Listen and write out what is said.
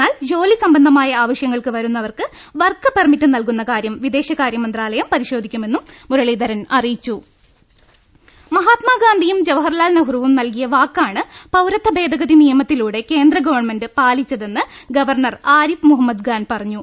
എന്നാൽ ജോലി സംബന്ധമായ ആവ ശൃങ്ങൾക്ക് വരുന്നവർക്ക് വർക്ക് പെർമിറ്റ് നൽകുന്ന കാര്യം വിദേ ശകാര്യ മന്ത്രാലയം പരിശോധിക്കുമെന്നും മുരളീധരൻ അറിയി ച്ചും മഹാത്മാഗാന്ധിയും ജവഹർലാൽ നെഹ്റുവും നൽകിയ വാക്കാണ് പൌരത്വ ഭേദഗതി നിയമത്തിലൂടെ കേന്ദ്രഗവൺമെന്റ് പാലിച്ചതെന്ന് ഗവർണർ ആരിഫ് മുഹമ്മദ് ഖാൻ പറഞ്ഞു